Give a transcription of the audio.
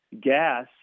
gas